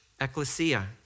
ecclesia